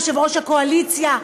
יושב-ראש הקואליציה,